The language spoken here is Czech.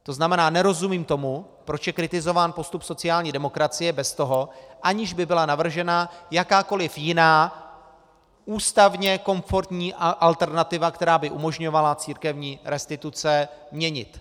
To znamená, nerozumím tomu, proč je kritizován postup sociální demokracie bez toho, aniž by byla navržena jakákoliv jiná ústavně komfortní alternativa, která by umožňovala církevní restituce měnit.